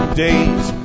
days